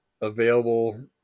available